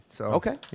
Okay